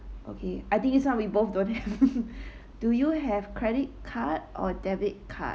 okay I think this one we both don't have do you have credit card or debit card